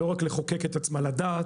לא רק לחוקק את עצמה לדעת,